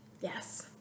Yes